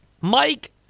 Mike